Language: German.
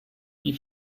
wie